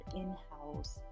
in-house